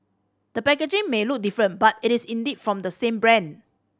the packaging may look different but it is indeed from the same brand